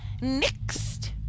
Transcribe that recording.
Next